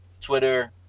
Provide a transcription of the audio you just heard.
Twitter